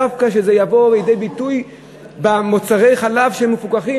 דווקא יבוא לידי ביטוי במוצרי החלב המפוקחים,